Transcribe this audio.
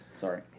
Sorry